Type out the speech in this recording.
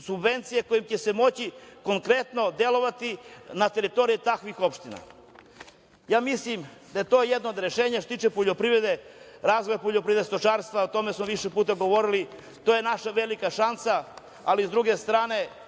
subvencije kojima će se moći konkretno delovati na teritorije takvih opština. Mislim da je to jedno od rešenja, što se tiče poljoprivrede, razvoja poljoprivrede i stočarstva. O tome smo više puta govorili. To je naša velika šansa. Ali, s druge strane,